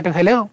Hello